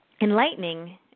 enlightening